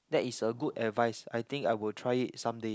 that is a good advice I think I will try it someday